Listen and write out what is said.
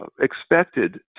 expected